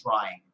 trying